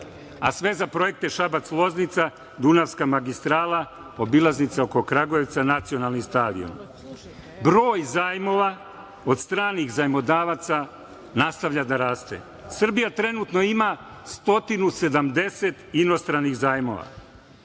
a sve za projekte Šabac-Loznica, Dunavska magistrala, obilaznica oko Kragujevca, nacionalni stadion. Broj zajmova kod stranih zajmodavaca nastavlja da raste. Srbija trenutno ima 170 inostranih zajmova.